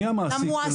אני המעסיק.